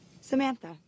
Samantha